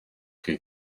chi